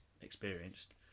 experienced